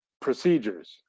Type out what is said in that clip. procedures